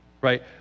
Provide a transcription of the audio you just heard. Right